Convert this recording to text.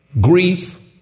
grief